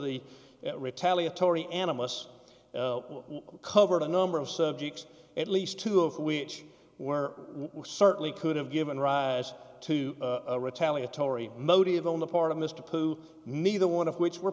the retaliatory animists covered a number of subjects at least two of which were certainly could have given rise to a retaliatory motive on the part of mr neither one of which were